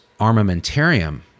armamentarium